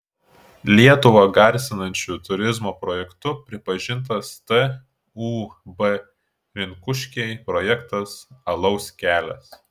lietuvą garsinančiu turizmo projektu pripažintas tūb rinkuškiai projektas alaus kelias